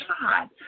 God